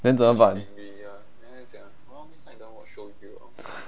then 怎么办